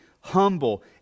humble